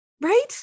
Right